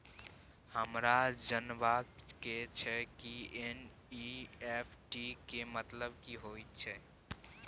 हमरा जनबा के छै की एन.ई.एफ.टी के मतलब की होए है?